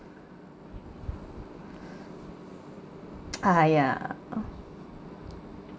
!aiya!